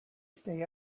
stay